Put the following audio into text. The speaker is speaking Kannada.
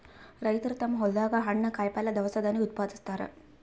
ರೈತರ್ ತಮ್ಮ್ ಹೊಲ್ದಾಗ ಹಣ್ಣ್, ಕಾಯಿಪಲ್ಯ, ದವಸ ಧಾನ್ಯ ಉತ್ಪಾದಸ್ತಾರ್